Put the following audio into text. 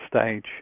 stage